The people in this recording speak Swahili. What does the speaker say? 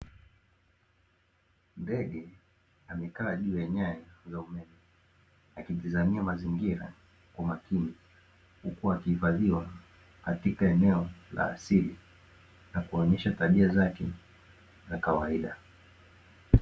Ndege amekaa juu ya nyaya za umeme akitizamia mazingira kwa makini, huku akihifadhiwa katika eneo la asili na kuonesha tabia zake za kawaida.